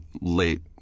late